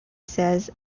says